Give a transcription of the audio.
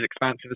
expansive